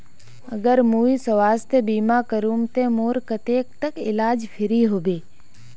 अगर मुई स्वास्थ्य बीमा करूम ते मोर कतेक तक इलाज फ्री होबे?